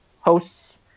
hosts